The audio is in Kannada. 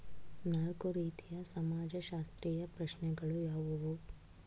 ನಾಲ್ಕು ರೀತಿಯ ಸಮಾಜಶಾಸ್ತ್ರೀಯ ಪ್ರಶ್ನೆಗಳು ಯಾವುವು?